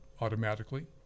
automatically